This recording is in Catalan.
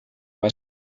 base